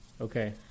okay